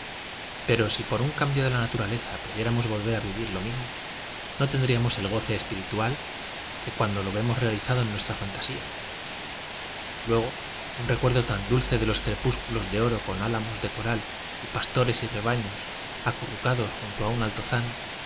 pero si por un cambio de la naturaleza pudiéramos volver a vivir lo mismo no tendríamos el goce espiritual que cuando lo vemos realizado en nuestra fantasía luego un recuerdo tan dulce de os crepúsculos de oro con álamos de coral y pastores y rebaños acupurjijados junto a un altozano